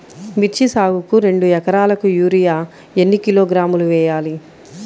మిర్చి సాగుకు రెండు ఏకరాలకు యూరియా ఏన్ని కిలోగ్రాములు వేయాలి?